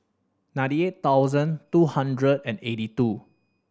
ninety eight thousand two hundred and eighty two